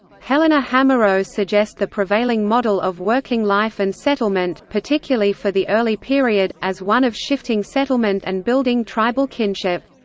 helena hamerow suggest the prevailing model of working life and settlement, particularly for the early period, as one of shifting settlement and building tribal kinship.